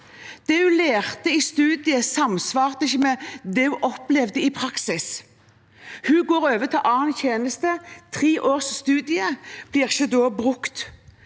Det hun lærte i studiet samsvarte ikke med det hun opplevde i praksis. Hun går over til annen tjeneste, og tre års studier blir da ikke brukt.